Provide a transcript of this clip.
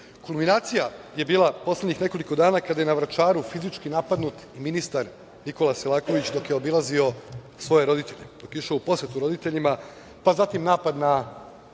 povređeno. Kulminacija je bila poslednjih nekoliko, dana kada je na Vračaru fizički napadnut ministar Nikola Selaković dok je obilazio svoje roditelje, dok je išao u posetu roditeljima, pa zatim napad na